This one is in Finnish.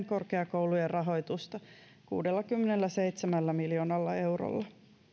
korkeakoulujen rahoitusta edelleen kuudellakymmenelläseitsemällä miljoonalla eurolla